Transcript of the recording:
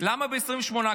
למה ב-28?